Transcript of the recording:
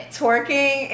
twerking